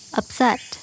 upset